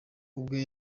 ubwe